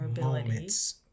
moments